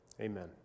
Amen